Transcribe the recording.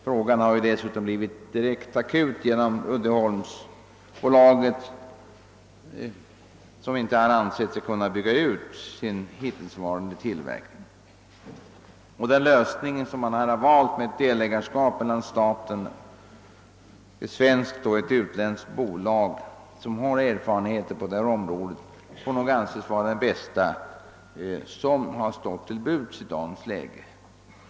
Frågan har ju dessutom blivit direkt akut genom att Uddeholmsbolaget inte ansett sig kunna bygga ut sin hittillsvarande tillverkning. Den lösning man valt med såsom delägare staten, ett svenskt och ett utländskt bolag med erfarenheter på detta område får nog anses vara den bästa som stått till buds i detta läge.